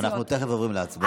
אנחנו תכף עוברים להצבעה.